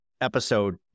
episode